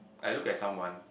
I look at someone